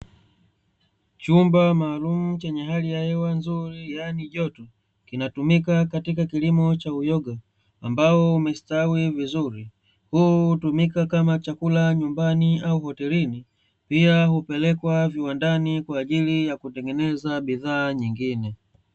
Chumba maalumu chenye hali ya hewa nzuri yani joto, kinatumika katika kilimo cha uyoga ambao umestawi vizuri, huu hutumika kama chakula nyumbani au hotelini pia hupelekwa viwandani kwa ajili ya kutengeneza bidhaa nyingine.